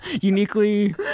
uniquely